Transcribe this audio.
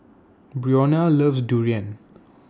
Brionna loves Durian